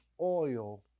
oil